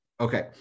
Okay